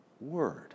word